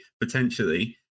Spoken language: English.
potentially